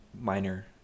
minor